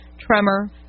tremor